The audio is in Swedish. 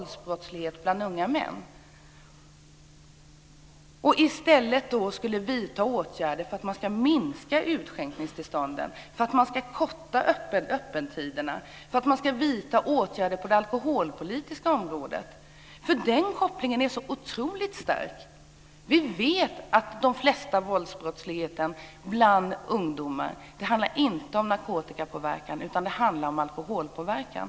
De borde föreslå åtgärder som leder till ett minskat antal utskänkningstillstånd och kortare öppethållande. De borde vilja vidta åtgärder på det alkoholpolitiska området, för den kopplingen är så otroligt stark. Vi vet att den största delen av våldsbrottsligheten bland ungdomar inte handlar om narkotikapåverkan, utan det handlar om alkoholpåverkan.